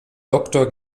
doktor